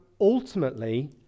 ultimately